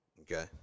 Okay